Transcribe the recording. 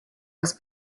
das